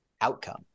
outcome